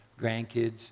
grandkids